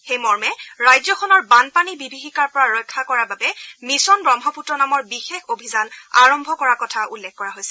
সেই মৰ্মে ৰাজ্যখনৰ বানপানী বিভীষিকাৰ পৰা ৰক্ষা কৰাৰ বাবে মিছন ৱন্মপুত্ৰ নামৰ বিশেষ অভিযান আৰম্ভ কৰাৰ কথা উল্লেখ কৰা হৈছে